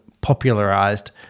popularized